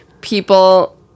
people